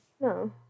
No